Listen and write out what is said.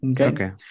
Okay